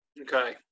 Okay